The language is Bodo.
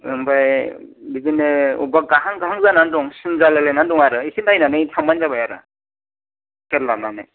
आमफ्राय बिदिनो बबेबा गाहां गाहां जानानै दं सिन जालाय लायनायनै दं आरो एसे नायनानै थांबानो जाबाय आरो खेल लानानै